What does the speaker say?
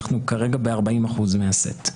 כרגע אנחנו ב-40% מהסט.